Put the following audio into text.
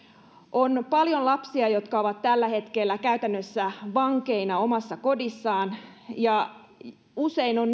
on paljon lapsia jotka ovat tällä hetkellä käytännössä vankina omassa kodissaan ja usein on